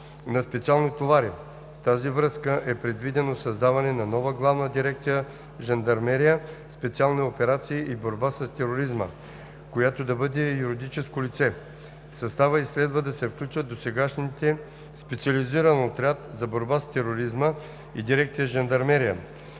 на специални товари. В тази връзка е предвидено създаването на нова Главна дирекция „Жандармерия, специални операции и борба с тероризма“, която да бъде юридическо лице. В състава ѝ следва да се включат досегашните Специализиран отряд за борба с тероризма и дирекция „Жандармерия“.